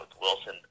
Wilson